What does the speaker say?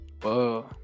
Whoa